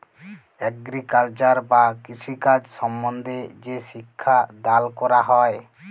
agriculture বা কৃষিকাজ সম্বন্ধে যে শিক্ষা দাল ক্যরা হ্যয়